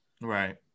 Right